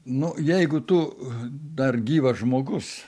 nu jeigu tu dar gyvas žmogus